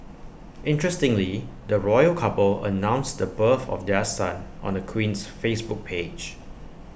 interestingly the royal couple announced the birth of their son on the Queen's Facebook page